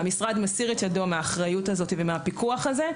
והמשרד מסיר את ידו מהאחריות הזו ומהפיקוח הזה,